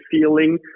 feeling